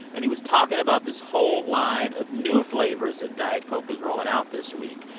and he was talking about this whole line of new flavors that diet coke is rolling out this week.